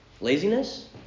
Laziness